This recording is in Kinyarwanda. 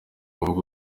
kuvuga